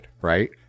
right